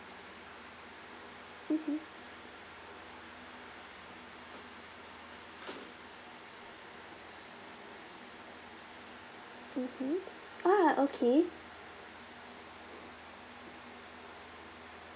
mmhmm mmhmm ah okay